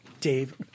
Dave